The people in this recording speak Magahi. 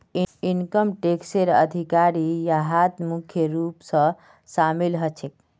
इनकम टैक्सेर अधिकारी यहात मुख्य रूप स शामिल ह छेक